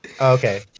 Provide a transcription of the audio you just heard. Okay